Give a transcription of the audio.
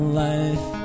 life